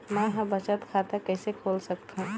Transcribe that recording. मै ह बचत खाता कइसे खोल सकथों?